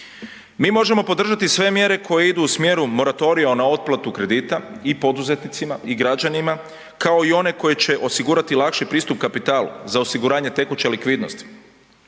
Mi možemo podržati sve mjere koje idu u smjeru moratorija na otplatu kredita i poduzetnicima i građanima kao i one koje će osigurati lakši pristup kapitalu za osiguranje tekuće likvidnosti.